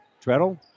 Treadle